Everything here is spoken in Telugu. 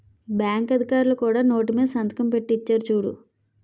బాంకు అధికారులు కూడా నోటు మీద సంతకం పెట్టి ఇచ్చేరు చూడు